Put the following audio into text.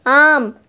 ஆம்